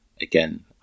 again